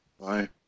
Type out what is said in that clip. Bye